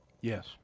Yes